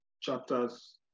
chapters